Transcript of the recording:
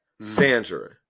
sandra